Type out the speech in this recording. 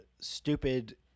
stupid